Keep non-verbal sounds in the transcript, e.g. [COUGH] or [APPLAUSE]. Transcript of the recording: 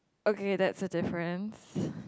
okay that's a difference [BREATH]